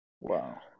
Wow